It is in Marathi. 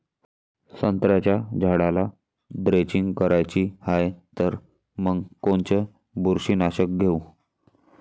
संत्र्याच्या झाडाला द्रेंचींग करायची हाये तर मग कोनच बुरशीनाशक घेऊ?